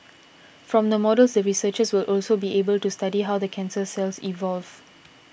from the models the researchers will also be able to study how the cancer cells evolve